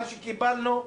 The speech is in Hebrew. מה שקיבלנו,